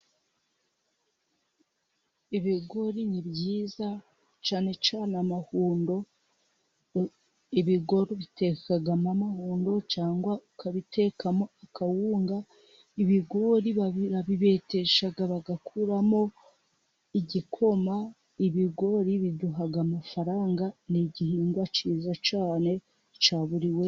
Ibigori ni byiza cyane cyane amahundo. Ibigori babiteka ari amahundo cyangwa ukabitekamo akawunga, ibigori barabibetesha bagakuramo igikoma, ibigori biduha amafaranga, ni igihingwa cyiza cyane cya buri wese.